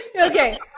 Okay